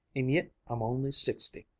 and yit i'm only sixty!